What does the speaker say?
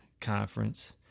Conference